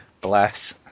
Bless